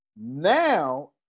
Now